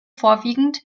vorwiegend